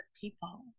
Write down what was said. people